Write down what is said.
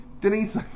Denise